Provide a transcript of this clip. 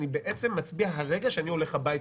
אני מצביעה על הרגע שאני הולך הביתה,